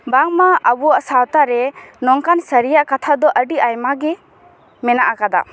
ᱵᱟᱝᱢᱟ ᱟᱵᱚᱣᱟᱜ ᱥᱟᱶᱛᱟᱨᱮ ᱱᱚᱝᱠᱟᱱ ᱥᱟᱨᱤᱭᱟᱜ ᱠᱟᱛᱷᱟ ᱫᱚ ᱟᱰᱤ ᱟᱭᱢᱟᱜᱮ ᱢᱮᱱᱟᱜ ᱟᱠᱟᱫᱟ